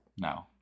No